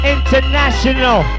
International